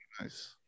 nice